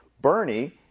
Bernie